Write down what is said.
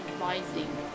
rising